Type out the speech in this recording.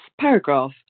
paragraph